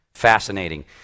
fascinating